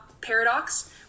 paradox